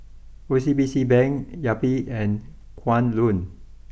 O C B C Bank Yupi and Kwan Loong